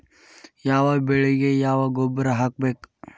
ಯಾವ ಬೆಳಿಗೆ ಯಾವ ಗೊಬ್ಬರ ಹಾಕ್ಬೇಕ್?